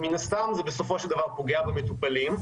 מן הסתם, זה בסופו של דבר פוגע במטופלים,